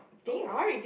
oh